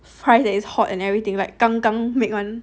fries that is hot and everything like 刚刚 make [one]